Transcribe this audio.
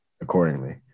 accordingly